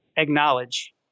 Acknowledge